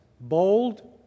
bold